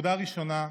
נקודה ראשונה,